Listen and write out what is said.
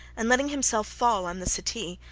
and letting himself fall on the settee,